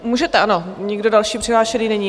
Můžete, ano, nikdo další přihlášený není.